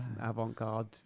avant-garde